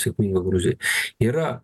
sėkminga gruzijai yra